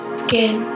skin